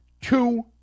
two